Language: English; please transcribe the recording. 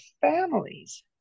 families